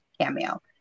cameo